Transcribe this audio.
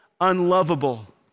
unlovable